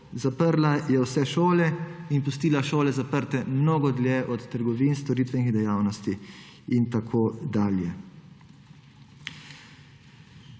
zaprla je vse šole in pustila šole zaprte mnogo dlje od trgovin, storitvenih dejavnosti in tako dalje.